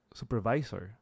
supervisor